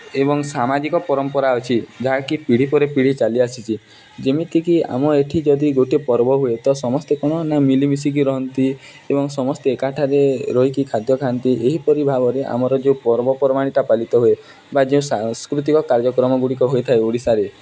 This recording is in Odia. ଏବଂ ସାମାଜିକ ପରମ୍ପରା ଅଛି ଯାହାକି ପିଢ଼ି ପରେ ପିଢ଼ି ଚାଲିଆସିଛି ଯେମିତିକି ଆମ ଏଇଠି ଯଦି ଗୋଟେ ପର୍ବ ହୁଏ ତ ସମସ୍ତେ କ'ଣ ନା ମିଳିମିଶିକି ରୁହନ୍ତି ଏବଂ ସମସ୍ତେ ଏକାଠାରେ ରହିକି ଖାଦ୍ୟ ଖାଆନ୍ତି ଏହିପରି ଭାବରେ ଆମର ଯେଉଁ ପର୍ବପର୍ବାଣିଟା ପାଳିତ ହୁଏ ବା ଯେଉଁ ସାଂସ୍କୃତିକ କାର୍ଯ୍ୟକ୍ରମଗୁଡ଼ିକ ହୋଇଥାଏ ଓଡ଼ିଶାରେ